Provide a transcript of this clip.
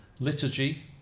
liturgy